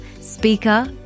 speaker